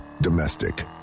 Domestic